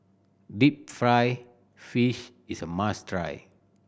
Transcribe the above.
deep fried fish is a must try